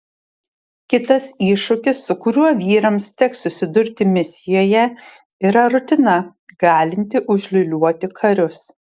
kitas iššūkis su kuriuo vyrams teks susidurti misijoje yra rutina galinti užliūliuoti karius